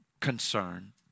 concern